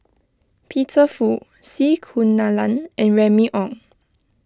Peter Fu C Kunalan and Remy Ong